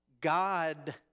God